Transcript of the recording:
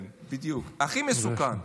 כן, בדיוק, הכי מסוכן.